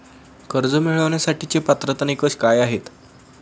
कर्ज मिळवण्यासाठीचे पात्रता निकष काय आहेत?